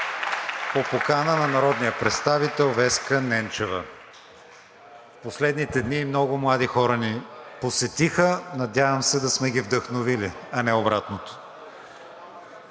по покана на народния представител Веска Ненчева. Последните дни много млади хора ни посетиха, надявам се да сме ги вдъхновили, а не обратното.